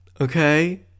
okay